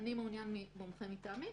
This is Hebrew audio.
אני מעונין במומחה מטעמי.